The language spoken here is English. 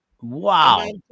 Wow